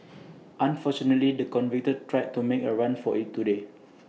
unfortunately the convict tried to make A run for IT today